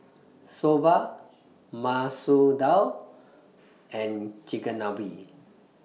Soba Masoor Dal and Chigenabe